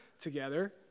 together